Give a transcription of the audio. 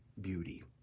beauty